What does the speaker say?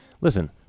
Listen